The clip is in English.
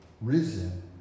risen